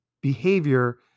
behavior